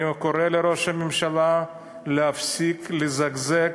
אני קורא לראש הממשלה להפסיק לזגזג,